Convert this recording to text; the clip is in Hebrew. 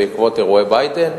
"אירועי ביידן",